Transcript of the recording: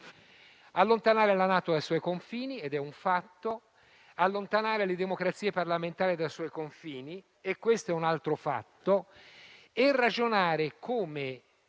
allontanare la NATO dai suoi confini - ed è un fatto - allontanare le democrazie parlamentari dai suoi confini - ed è un altro fatto - e ragionare, come